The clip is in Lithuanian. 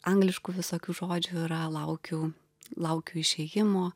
angliškų visokių žodžių yra laukiu laukiu išėjimo